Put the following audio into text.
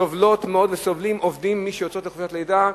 סובלים עובדים, מי שיוצאת לחופשת לידה,